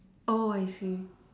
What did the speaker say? oh I see